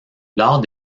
lors